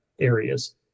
areas